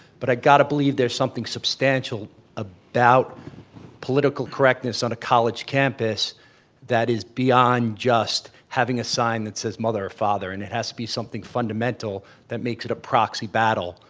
but i gotta believe there's something substantial about political correctness on a college campus that is beyond just having a sign that says mother or father and it has to be something fundamental that makes it a proxy battle,